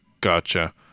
Gotcha